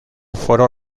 foro